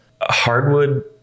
Hardwood